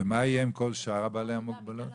מה יהיה עם שאר בעלי המוגבלות?